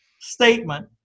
statement